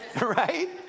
right